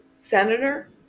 senator